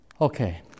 Okay